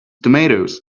tomatoes